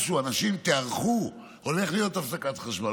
משהו: אנשים, תיערכו, הולכת להיות הפסקת חשמל.